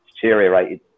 deteriorated